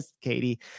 katie